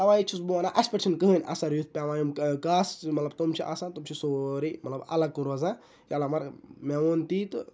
اَواے چھُس بہٕ وَنان اَسہِ پیٚٹھ چھُنہٕ کِہینۍ اَثَر یُتھ پیٚوان یم چھِ تُم چھِ آسان تُم چھِ سورُے مَطلَب اَلَگ کُن روزان مگر مےٚ ووٚن تی تہٕ